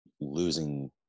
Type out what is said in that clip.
losing